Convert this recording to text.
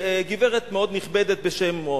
גברת מאוד נכבדת, או